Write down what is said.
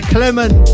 Clement